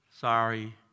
sorry